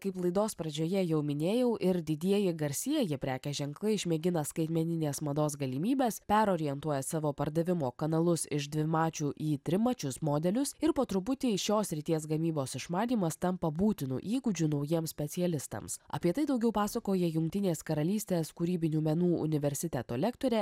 kaip laidos pradžioje jau minėjau ir didieji garsieji prekės ženklai išmėgina skaitmeninės mados galimybes perorientuoja savo pardavimo kanalus iš dvimačių į trimačius modelius ir po truputį šios srities gamybos išmanymas tampa būtinu įgūdžiu naujiems specialistams apie tai daugiau pasakoja jungtinės karalystės kūrybinių menų universiteto lektorė